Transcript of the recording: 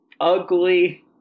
ugly